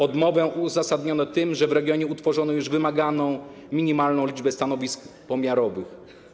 Odmowę uzasadniono tym, że w regionie utworzono już wymaganą minimalną liczbę stanowisk pomiarowych.